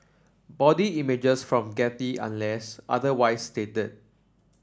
body images from Getty unless otherwise stated